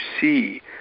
see